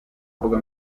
mbuga